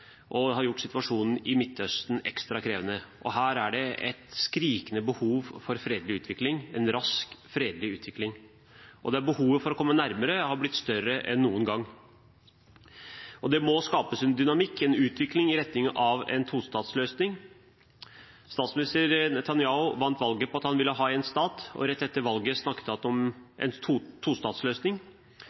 og har gjort situasjonen i Midtøsten ekstra krevende. Her er det et skrikende behov for fredelig utvikling, en rask fredelig utvikling, og behovet for å nærme seg dette har blitt større enn noen gang. Det må skapes en dynamikk, en utvikling i retning av en tostatsløsning. Statsminister Netanyahu vant valget på at han ville ha én stat, og rett etter valget snakket han om en tostatsløsning.